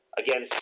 again